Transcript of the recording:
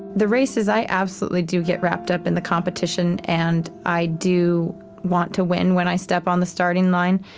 the races, i absolutely do get wrapped up in the competition, and i do want to win when i step on the starting line.